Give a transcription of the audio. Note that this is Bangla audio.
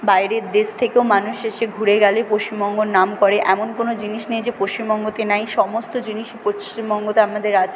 বাইরের দেশ থেকেও মানুষ এসে ঘুরে গেলে পশ্চিমবঙ্গর নাম করে এমন কোনো জিনিস নেই যে পশ্চিমবঙ্গতে নেই সমস্ত জিনিসই পশ্চিমবঙ্গতে আপনাদের আছে